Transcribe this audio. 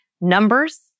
Numbers